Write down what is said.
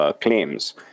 claims